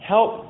Help